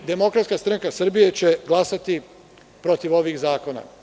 Demokratska stranka Srbije će glasati protiv ovih zakona.